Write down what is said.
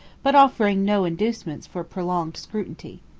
but offering no inducements for prolonged scrutiny.